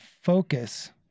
focus